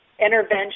intervention